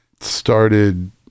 Started